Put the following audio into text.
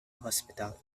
hospital